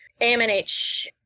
AMNH